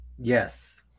Yes